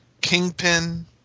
Kingpin